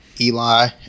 Eli